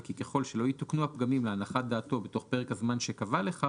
וכי ככל שלא יתוקנו הפגמים להנחת דעתו בתוך פרק הזמן שקבע לכך,